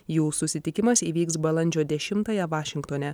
jų susitikimas įvyks balandžio dešimtąją vašingtone